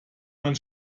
man